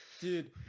dude